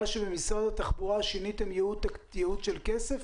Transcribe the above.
שבמשרד התחבורה שיניתם ייעוד של כסף,